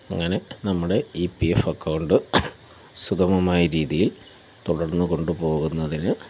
അങ്ങനെ നമ്മുടെ E P F account സുഗമമായ രീതിയിൽ തുടർന്നുകൊണ്ട് പോകുന്നതിന്